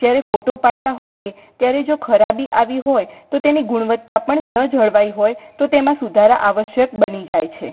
જ્યારે ફોટો પાડતા હોઈએ ત્યારે જો ખરાબી આવી હોય તો તેને ગુણવત્તા પણ ન જળવાઈ હોય તો તેમાં સુધારા આવશ્યક બની જાય છે